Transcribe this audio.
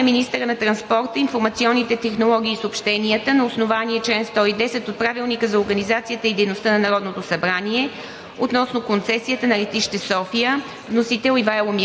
Изслушване на министъра на транспорта, информационните технологии и съобщенията на основание чл. 110 от Правилника за организацията и дейността на Народното събрание относно концесията на летище София.